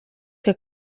que